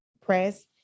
press